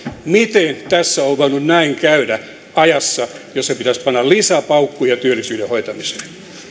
miten tässä on voinut näin käydä ajassa jossa pitäisi panna lisäpaukkuja työllisyyden hoitamiseen